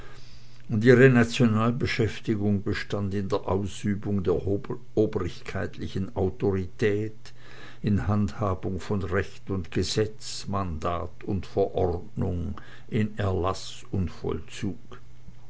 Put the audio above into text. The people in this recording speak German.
und ihre nationalbeschäftigung bestand in ausübung der obrigkeitlichen autorität in handhabung von recht und gesetz mandat und verordnung in erlaß und vollzug